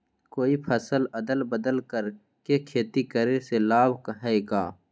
कोई फसल अदल बदल कर के खेती करे से लाभ है का?